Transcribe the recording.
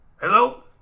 Hello